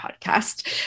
podcast